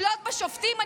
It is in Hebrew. לשלוט בשופטים,